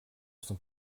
sont